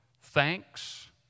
Thanks